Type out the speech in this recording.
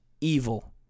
evil